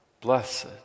blessed